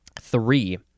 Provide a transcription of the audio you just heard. Three